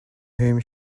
whom